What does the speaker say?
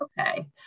Okay